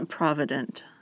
Provident